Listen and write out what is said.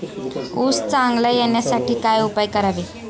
ऊस चांगला येण्यासाठी काय उपाय करावे?